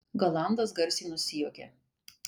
galandas garsiai nusijuokė